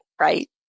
right